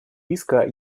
риска